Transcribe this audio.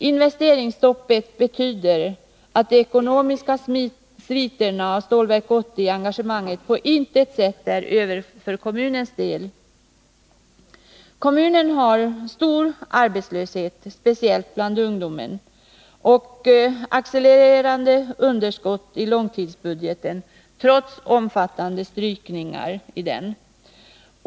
Investeringsstoppet betyder att de ekonomiska sviterna av Stålverk 80-engagemanget på intet sätt är över för kommunens del. Kommunen har stor arbetslöshet, speciellt bland ungdomen, och ett accelererande underskott i långtidsbudgeten, trots omfattande strykningar i denna.